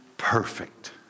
Perfect